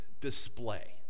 display